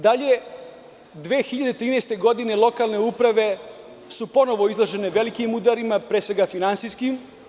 Dalje, 2013. godine, lokalne uprave su ponovo izložene velikim udarima, pre svega finansijskim.